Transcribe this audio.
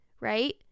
right